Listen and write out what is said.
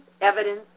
evidence